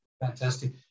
Fantastic